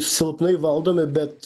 silpnai valdomi bet